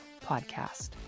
podcast